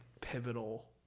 pivotal